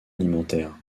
alimentaires